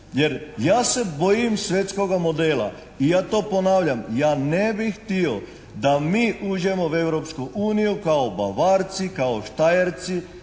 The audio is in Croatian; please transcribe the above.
Jer ja se bojim svjetskoga modela i ja to ponavljam, ja ne bih htio da mi uđemo u Europsku uniju kao Bavarci, kao Štajerci,